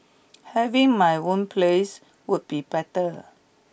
having my own place would be better